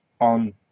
on